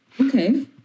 okay